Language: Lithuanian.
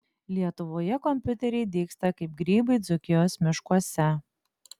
lietuvoje kompiuteriai dygsta kaip grybai dzūkijos miškuose